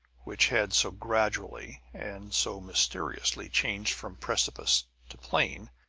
which had so gradually and so mysteriously changed from precipice to plain,